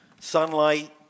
Sunlight